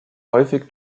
häufig